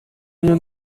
niyo